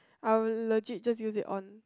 I'll legit just use it on